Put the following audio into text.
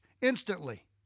instantly